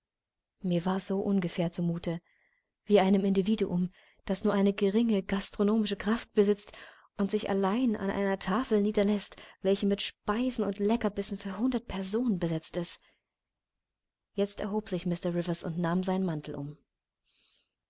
mir war ungefähr so zu mute wie einem individuum das nur eine geringe gastronomische kraft besitzt und sich allein an einer tafel niederläßt welche mit speisen und leckerbissen für hundert personen besetzt ist jetzt erhob sich mr rivers und nahm seinen mantel um